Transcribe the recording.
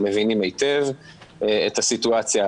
אנחנו מבינים היטב את הסיטואציה,